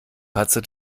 patzer